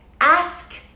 ask